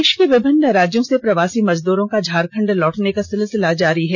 देष के विभिन्न राज्यों से प्रवासी मजदूरों का झारखण्ड लौटने का सिलसिला लगातार जारी है